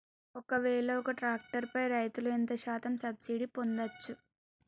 ఒక్కవేల ఒక్క ట్రాక్టర్ పై రైతులు ఎంత శాతం సబ్సిడీ పొందచ్చు?